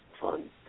fun